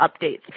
updates